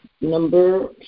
number